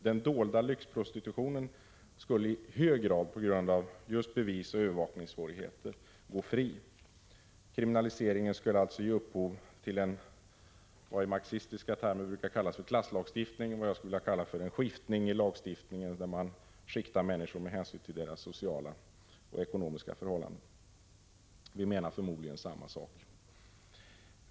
Den dolda lyxprostitutionen skulle i hög grad på grund av bevisoch övervakningssvårigheter gå fri. Kriminaliseringen skulle alltså ge upphov till vad man i marxistiska termer brukar kalla för klasslagstiftning. Jag skulle vilja kalla det för en skiftning i lagstiftningen, där man skiktar människor med hänsyn till deras sociala och ekonomiska förhållanden. Vi menar förmodligen samma sak.